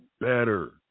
better